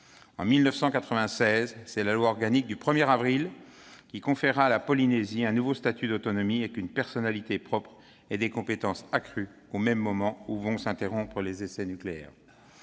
En 1996, c'est la loi organique du 1 avril qui conféra à la Polynésie un nouveau statut d'autonomie, avec une personnalité propre et des compétences accrues, au moment même où s'interrompaient les essais nucléaires.